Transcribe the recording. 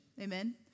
amen